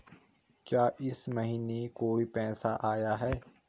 क्या इस महीने कोई पैसा आया है?